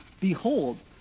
behold